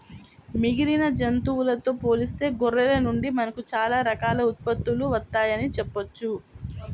మిగిలిన జంతువులతో పోలిస్తే గొర్రెల నుండి మనకు చాలా రకాల ఉత్పత్తులు వత్తయ్యని చెప్పొచ్చు